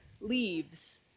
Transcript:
leaves